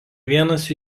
vienas